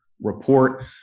report